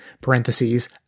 parentheses